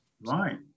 Right